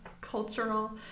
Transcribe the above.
cultural